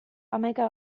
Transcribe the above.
hamaika